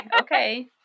Okay